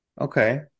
okay